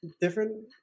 different